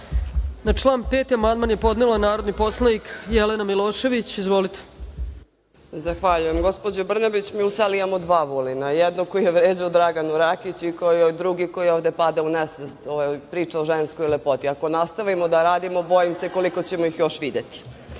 član 5. amandman je podnela narodni poslanik Jelena Milošević. Izvolite. **Jelena Milošević** Zahvaljujem. Gospođo Brnabić, mi u sali imamo dva Vulina, jednog koji je vređao Draganu Rakić i drugi, koji ovde pada u nesvest kada priča o ženskoj lepoti. Ako nastavimo da radimo, bojim se koliko ćemo ih još videti.